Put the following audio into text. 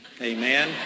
amen